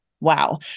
wow